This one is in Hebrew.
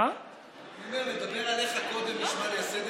לדבר עליך קודם נשמע לי הסדר